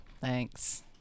thanks